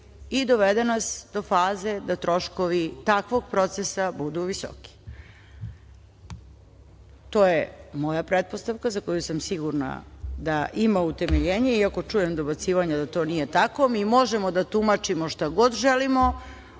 i dovede nas do faze da troškovi takvog procesa budu visoki. To je moja pretpostavka za koju sam sigurna da ima utemeljenje, iako čujem dobacivanje da to nije tako. Mi možemo da tumačimo šta god želimo.